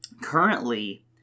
currently